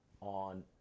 on